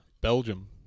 Belgium